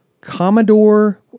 Commodore